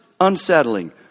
unsettling